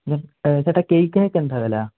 ചേട്ടാ കെയ്ക്കിനൊക്കെ എന്താ വില